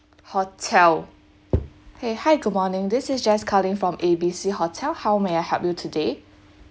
hotel !hey! hi good morning this is jess calling from A B C hotel how may I help you today